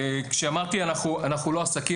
אמרתי שאנחנו לא עסקים,